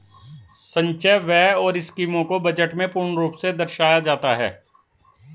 संचय व्यय और स्कीमों को बजट में पूर्ण रूप से दर्शाया जाता है